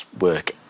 work